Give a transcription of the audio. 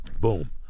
Boom